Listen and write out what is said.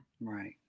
Right